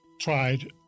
tried